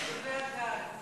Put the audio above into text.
באו להילחם על מתווה הגז.